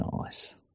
Nice